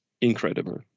incredible